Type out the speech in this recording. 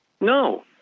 No